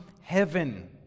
heaven